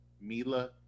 Mila